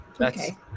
Okay